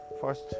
first